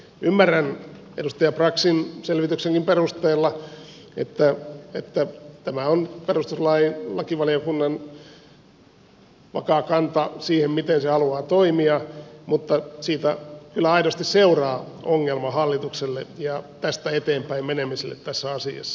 ymmärrän edustaja braxin selvityksenkin perusteella että tämä on perustuslakivaliokunnan vakaa kanta siihen miten se haluaa toimia mutta siitä kyllä aidosti seuraa ongelma hallitukselle ja tästä eteenpäin menemiselle tässä asiassa